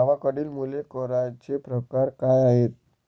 गावाकडली मुले करांचे प्रकार काय आहेत?